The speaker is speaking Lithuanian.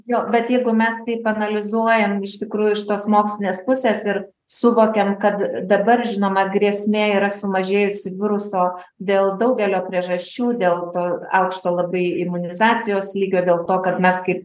jo bet jeigu mes taip analizuojam iš tikrųjų iš tos mokslinės pusės ir suvokiam kad dabar žinoma grėsmė yra sumažėjusi viruso dėl daugelio priežasčių dėl to aukšto labai imunizacijos lygio dėl to kad mes kaip